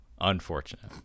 Unfortunate